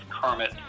Kermit